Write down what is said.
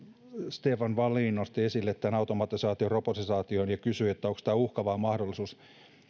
stefan wallin nosti esille automatisaation ja robotisaation ja kysyi onko tämä uhka vai mahdollisuus